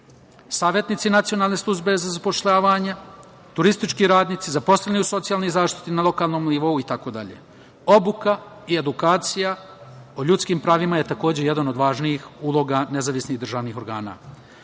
savetnici Nacionalne službe za zapošljavanje, turistički radnici, zaposleni u socijalnoj zaštiti na lokalnom nivou itd. Obuka i edukacija o ljudskim pravima je takođe jedan od važnijih uloga nezavisnih državnih